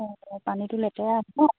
অঁ পানীটো লেতেৰা আছে ন